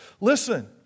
Listen